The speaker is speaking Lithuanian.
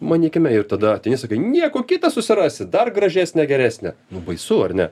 manykime ir tada ateini sakai nieko kitą susirasi dar gražesnę geresnę nu baisu ar ne